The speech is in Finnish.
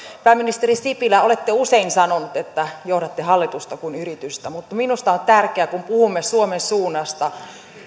pääministeri sipilä olette usein sanonut että johdatte hallitusta kuin yritystä mutta minusta on tärkeää kun puhumme suomen suunnasta